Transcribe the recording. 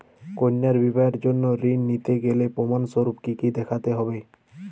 কন্যার বিবাহের জন্য ঋণ নিতে গেলে প্রমাণ স্বরূপ কী কী দেখাতে হবে?